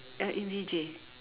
uh in V_J